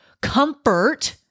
comfort